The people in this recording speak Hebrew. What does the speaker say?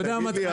תגיד לי,